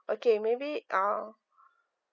okay maybe I'll